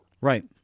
Right